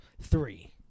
Three